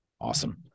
Awesome